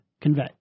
convey